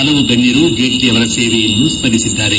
ಹಲವು ಗಣ್ಯರು ಜೇಟ್ಲಿ ಅವರ ಸೇವೆಯನ್ನು ಸ್ಮರಿಸಿದ್ದಾರೆ